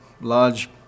large